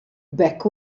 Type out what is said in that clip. beck